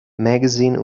magazine